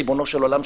ריבונו של עולם,